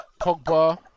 Pogba